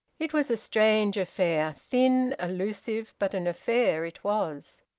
it was a strange affair, thin, elusive but an affair it was.